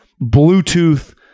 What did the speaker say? Bluetooth